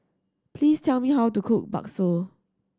please tell me how to cook Bakso